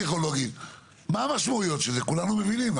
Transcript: מה המשמעויות של זה כולנו מבינים,